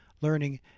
learning